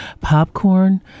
popcorn